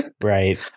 Right